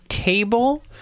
table